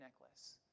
necklace